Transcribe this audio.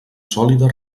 sòlida